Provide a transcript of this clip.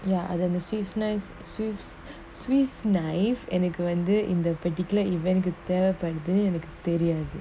ya other than the swiss knife swiss swiss knife and a grinder in the particular event எனக்குபுரியாது:enaku puriathu